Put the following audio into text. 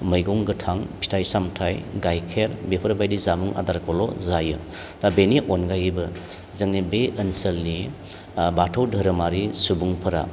मैगं गोथां फिथाइ सामथाइ गायखेर बेफोरबायदि जामुं आदारखौल' जायो दा बेनि अनगायैबो जोंनि बे ओनसोलनि ओ बाथौ धोरोमारि सुबुंफोरा